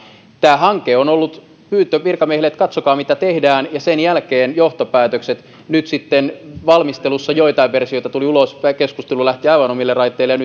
tämä hanke on ollut pyyntö virkamiehille että katsokaa mitä tehdään ja sen jälkeen tehdään johtopäätökset nyt sitten valmistelussa joitain versioita tuli ulos tämä keskustelu lähti aivan omille raiteilleen